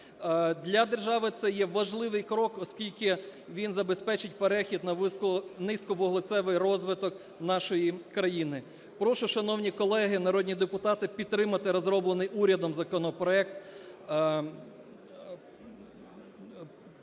Для держави це є важливий крок, оскільки він забезпечить перехід на низьковуглецевий розвиток нашої країни. Прошу, шановні колеги народні депутати, підтримати розроблений урядом законопроект.